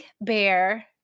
bear